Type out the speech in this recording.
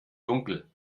dunkel